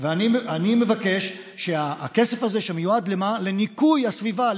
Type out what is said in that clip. אני מבקש שהכסף הזה שנועד לניקוי הסביבה,